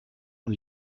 und